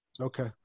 Okay